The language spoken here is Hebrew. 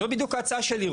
אז זו בדיוק ההצעה שלי.